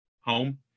home